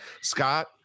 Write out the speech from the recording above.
Scott